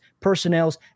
personnels